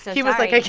he was like, i.